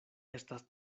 estas